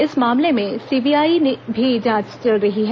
इस मामले में सीबीआई भी जांच चल रही है